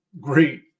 great